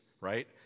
right